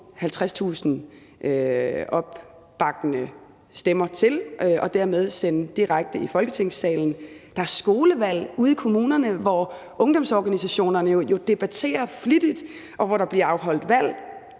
50.000 opbakkende stemmer til det, kan sende direkte i Folketingssalen. Der er skolevalg ude i kommunerne, hvor ungdomsorganisationerne jo debatterer flittigt, og hvor der bliver afholdt valg.